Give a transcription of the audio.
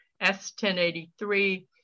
S-1083